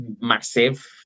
massive